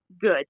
good